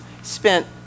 spent